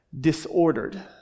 disordered